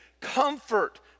comfort